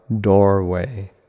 doorway